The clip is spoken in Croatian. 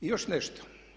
I još nešto.